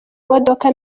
modoka